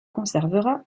conservera